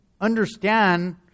understand